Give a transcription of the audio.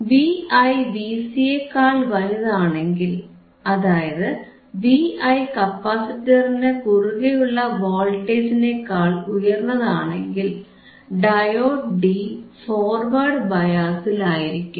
Vi Vc യേക്കാൾ വലുതാണെങ്കിൽ അതായത് Vi കപ്പാസിറ്ററിനു കുറുകെയുള്ള വോൾട്ടേജിനേക്കാൾ ഉയർന്നതാണെങ്കിൽ ഡയോഡ് D ഫോർവേഡ് ബയാസിൽ ആയിരിക്കും